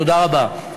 תודה רבה.